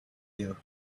you